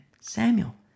Samuel